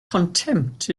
contempt